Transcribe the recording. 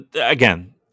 again